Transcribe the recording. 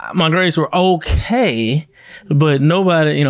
my grades were okay but nobody, you know